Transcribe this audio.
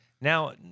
Now